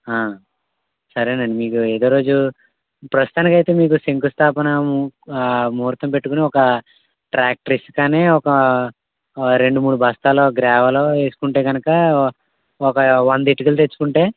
సరేనండి మీకు ఏదో రోజు ప్రస్తుతానికి అయితే మీకు శంకుస్థాపన ముహూర్తం పెట్టుకొని ఒకా ట్రాక్టర్ ఇసుకనీ ఒకా రెండు మూడు బస్తాలు గ్రావెలు వేసుకుంటే కనకా ఒక వంద ఇటుకలు తెచ్చుకుంటే